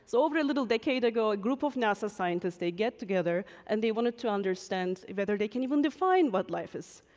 so over a little decade ago, a group of nasa scientists, they'd get together, and they wanted to understand whether they can even define what life is.